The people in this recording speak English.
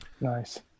Nice